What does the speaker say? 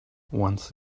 once